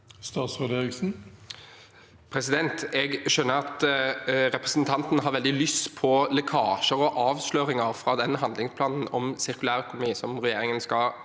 Bjelland Eriksen Jeg skjønner at representanten har veldig lyst på lekkasjer og avsløringer fra handlingsplanen om sirkulærøkonomi som regjeringen skal